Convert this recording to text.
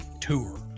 tour